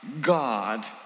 God